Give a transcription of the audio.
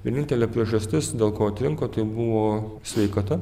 vienintelė priežastis dėl ko atrinko tai buvo sveikata